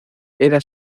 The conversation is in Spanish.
era